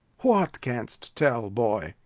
what canst tell, boy?